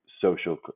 social